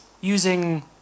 using